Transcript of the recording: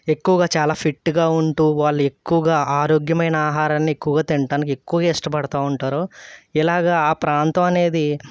ఎక్కువగా చాలా ఫిట్గా ఉంటూ వాళ్ళు ఎక్కువగా ఆరోగ్యమైన ఆహారాన్ని ఎక్కువగా తినడానికి ఎక్కువగా ఇష్టపడుతూ ఉంటారు ఇలాగా ఆ ప్రాంతం అనేది